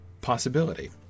possibility